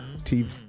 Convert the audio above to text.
TV